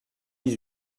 dix